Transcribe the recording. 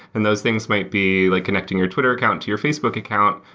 an those things might be like connecting your twitter account to your facebook account,